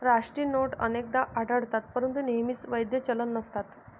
राष्ट्रीय नोट अनेकदा आढळतात परंतु नेहमीच वैध चलन नसतात